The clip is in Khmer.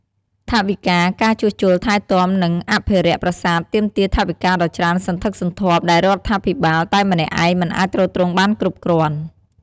ថវិកា ការជួសជុល ថែទាំ និងអភិរក្សប្រាសាទទាមទារថវិកាដ៏ច្រើនសន្ធឹកសន្ធាប់ ដែលរដ្ឋាភិបាលតែម្នាក់ឯងមិនអាចទ្រទ្រង់បានគ្រប់គ្រាន់។